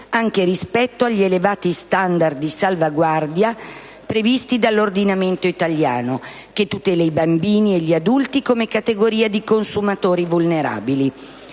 anche rispetto agli elevati *standard* di salvaguardia previsti dall'ordinamento italiano, che tutela i bambini e gli adulti come categoria di consumatori vulnerabili.